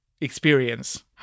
experience